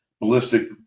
ballistic